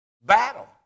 battle